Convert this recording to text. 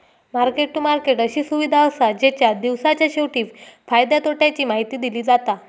market to market अशी सुविधा असा जेच्यात दिवसाच्या शेवटी फायद्या तोट्याची माहिती दिली जाता